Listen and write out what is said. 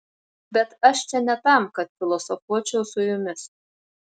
bet aš čia ne tam kad filosofuočiau su jumis